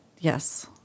yes